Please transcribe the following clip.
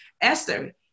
Esther